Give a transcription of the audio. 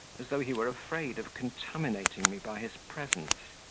as though he were afraid of contaminating me by his presence.